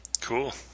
Cool